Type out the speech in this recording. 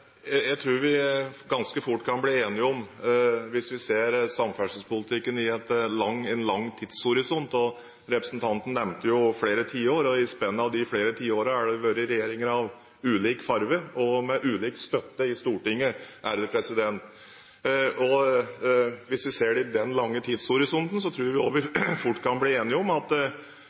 Jeg tror vi ganske fort kan bli enige om, hvis vi ser samferdselspolitikken i en lang tidshorisont – representanten nevnte jo flere tiår, og i spennet av de flere tiårene har det vært regjeringer av ulik farge og med ulik støtte i Stortinget – at vi kanskje ikke har hatt høy nok prioritering på jernbaneinvesteringer i